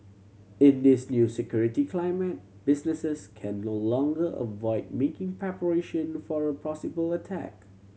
in this new security climate businesses can no longer avoid making preparation for a possible attack